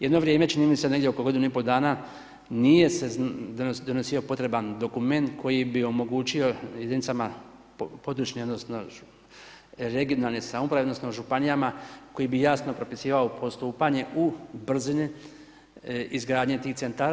Jedno vrijeme, čini mi se negdje oko godinu i pol dana nije se donosio potreban dokument koji bi omogućio jedinicama područni odnosno regionalne samouprave odnosno županijama koji bi jasno propisivao postupanje u brzini izgradnje tih centara.